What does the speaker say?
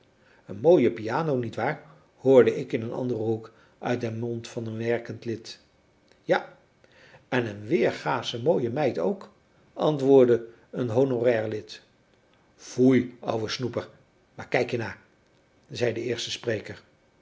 een mooie piano niet waar hoorde ik in een anderen hoek uit den mond van een werkend lid ja en een weergasche mooie meid ook antwoordde een honorair lid foei oude snoeper waar kijk je na zei de eerste spreker